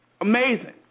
Amazing